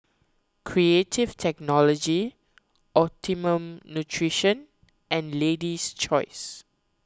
Creative Technology Optimum Nutrition and Lady's Choice